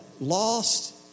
lost